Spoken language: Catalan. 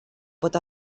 pot